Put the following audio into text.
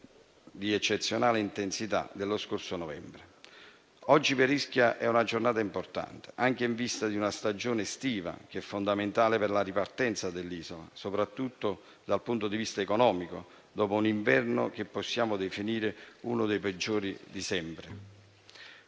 Grazie a tutti